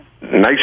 nice